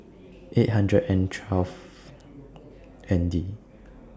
eight hundred and twelve N D